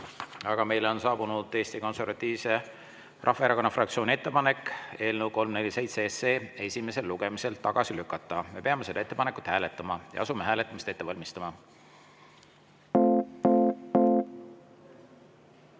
aga meile on saabunud Eesti Konservatiivse Rahvaerakonna fraktsiooni ettepanek eelnõu 347 esimesel lugemisel tagasi lükata. Me peame seda ettepanekut hääletama, asume hääletamist ette valmistama. Auväärt